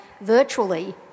virtually